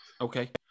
Okay